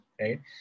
right